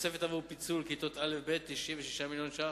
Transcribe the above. תוספת עבור פיצול כיתות א' וב' 96 מיליון ש"ח,